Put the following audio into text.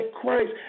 Christ